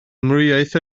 amrywiaeth